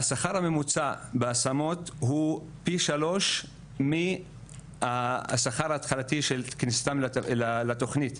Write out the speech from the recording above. השכר הממוצע בהשמות הוא פי שלוש מהשכר התחלתי של כניסתן לתוכנית.